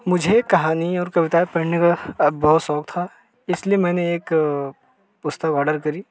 मुझे कहानी और कविताएँ पढ़ने का बहुत शौक था इसलिए मैंने एक पुस्तक ऑर्डर करी